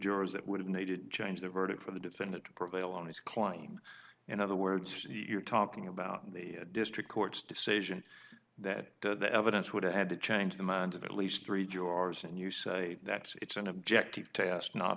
jurors that would have needed to change the verdict for the defendant to prevail on his claim in other words you're talking about the district court's decision that the evidence would have had to change the minds of at least three jurors and you say that it's an objective test not